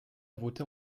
voté